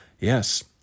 Yes